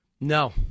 No